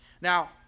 Now